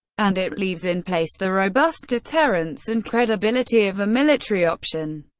and it leaves in place the robust deterrence and credibility of a military option.